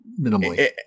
minimally